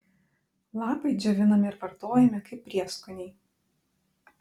lapai džiovinami ir vartojami kaip prieskoniai